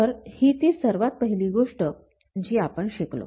तर ही ती सर्वात पहिली गोष्ट जी आपण शिकलो